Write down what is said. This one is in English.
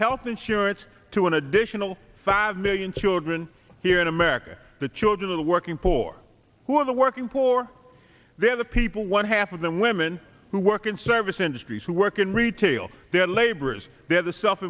health insurance to an additional five million children here in america the children of the working poor who are the working poor they're the people one half of them women who work in service industries who work in retail their laborers they're the self